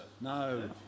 No